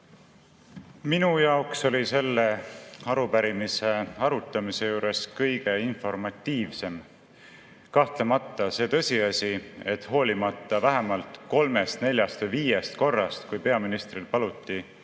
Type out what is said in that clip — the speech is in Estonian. Minu jaoks oli selle arupärimise arutamise juures kahtlemata kõige informatiivsem see tõsiasi, et hoolimata vähemalt kolmest, neljast või viiest korrast, kui peaministril paluti